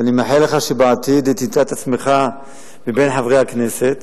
ואני מאחל לך שבעתיד תמצא את עצמך בין חברי הכנסת,